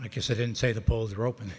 like you said in say the polls are open